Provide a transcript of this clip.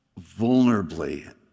vulnerably